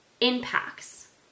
impacts